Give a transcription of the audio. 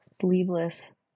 sleeveless